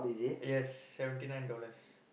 yes seventy nine dollars